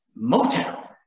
motown